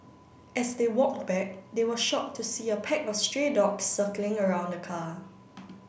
as they walked back they were shocked to see a pack of stray dogs circling around the car